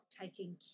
taking